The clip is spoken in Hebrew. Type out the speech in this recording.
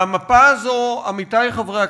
והמפה הזאת, עמיתי חברי הכנסת,